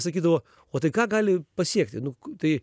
sakydavo o tai ką gali pasiekti nu tai